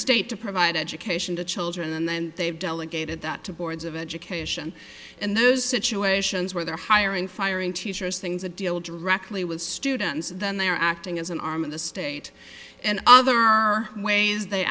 state to provide education to children and then they have delegated that to boards of education in those situations where they're hiring firing teachers things a deal directly with students then they are acting as an arm of the state and other ways they